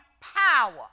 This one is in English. power